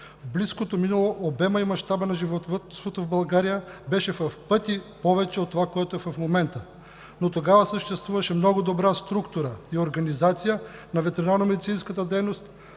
близкото минало обемът и мащаба на животновъдството в България беше в пъти повече от това, което е в момента. Тогава съществуваше много добра структура и организация на ветеринарномедицинската дейност